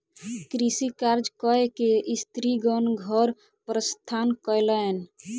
कृषि कार्य कय के स्त्रीगण घर प्रस्थान कयलैन